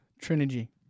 Trinity